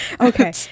okay